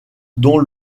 dont